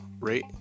rate